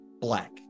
black